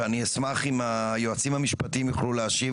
ואני אשמח אם היועצים המשפטיים יוכלו להשיב